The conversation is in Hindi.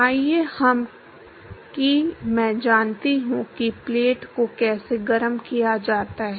आइए हम कहें कि मैं जानता हूं कि प्लेट को कैसे गर्म किया जाता है